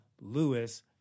Lewis